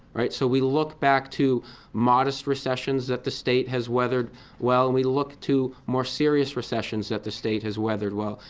so we look back to modest recessions that the state has weathered well, and we look to more serious recessions that the state has weathered well.